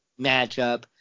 matchup